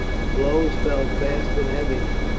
the blows fell fast and heavy now.